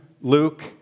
Luke